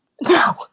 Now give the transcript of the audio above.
No